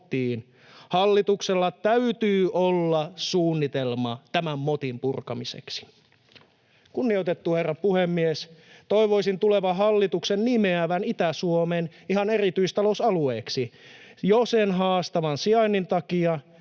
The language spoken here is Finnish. Hallituksella täytyy olla suunnitelma tämän motin purkamiseksi. Kunnioitettu herra puhemies! Toivoisin tulevan hallituksen nimeävän Itä-Suomen ihan erityistalousalueeksi jo sen haastavan sijainnin takia,